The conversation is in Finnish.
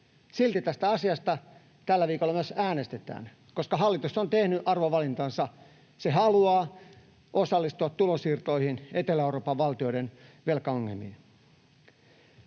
Silti tästä asiasta tällä viikolla myös äänestetään, koska hallitus on tehnyt arvovalintansa. Se haluaa osallistua tulonsiirtoihin, Etelä-Euroopan valtioiden velkaongelmiin.